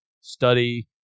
study